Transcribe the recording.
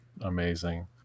Amazing